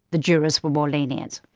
the jurors were more lenient.